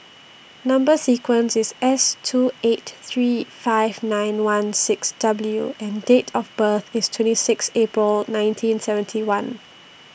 Number sequence IS S two eight three five nine one six W and Date of birth IS twenty six April nineteen seventy one